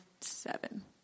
seven